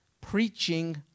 preaching